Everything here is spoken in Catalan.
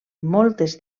moltes